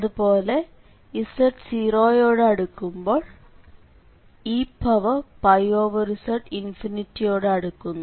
അതുപോലെ z→0 അടുക്കുമ്പോൾ ez→∞ അടുക്കുന്നു